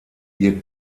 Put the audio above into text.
ihr